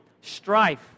strife